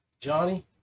Johnny